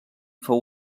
fou